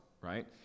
right